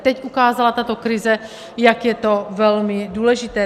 Teď ukázala tato krize, jak je to velmi důležité.